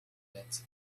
yet